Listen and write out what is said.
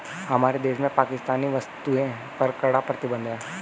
हमारे देश में पाकिस्तानी वस्तुएं पर कड़ा प्रतिबंध हैं